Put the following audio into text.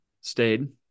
stayed